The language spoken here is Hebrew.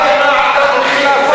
אתה מגן עליהם.